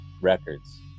records